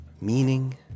Meaning